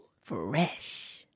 Fresh